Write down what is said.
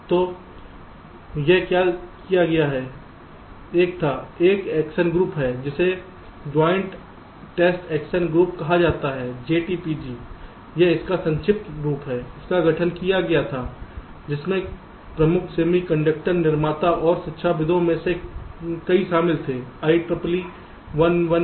तो यह क्या किया गया था एक था एक एक्शन ग्रुप है जिसे जॉइंट टेस्ट एक्शन ग्रुप कहा जाता है JTPG यह इसका संक्षिप्त रूप है इसका गठन किया गया था जिसमें प्रमुख सेमीकंडक्टर निर्माता और शिक्षाविदों में से कई शामिल थे